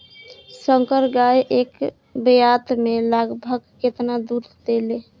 संकर गाय एक ब्यात में लगभग केतना दूध देले?